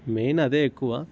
main అదే ఎక్కువ